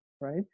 right